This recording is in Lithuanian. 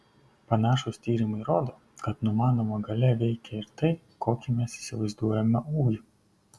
panašūs tyrimai rodo kad numanoma galia veikia ir tai kokį mes įsivaizduojame ūgį